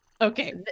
okay